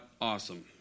awesome